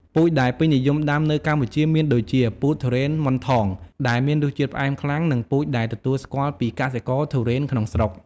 ពូជដែលពេញនិយមដាំនៅកម្ពុជាមានដូចជា ពូជទុរេនម៉ូនថង ដែលមានរសជាតិផ្អែមខ្លាំង និងពូជដែលទទួលស្គាល់ពីកសិករទុរេនក្នុងស្រុក។